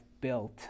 built